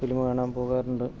film കാണാൻ പോകാറുണ്ട്